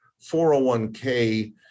401k